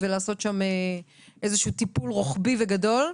ולעשות שם איזה שהוא טיפול רוחבי וגדול.